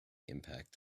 impact